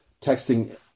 texting